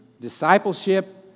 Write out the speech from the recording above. discipleship